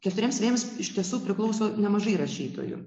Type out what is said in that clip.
keturiems vėjams iš tiesų priklauso nemažai rašytojų